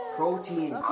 Protein